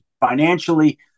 financially